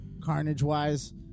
Carnage-wise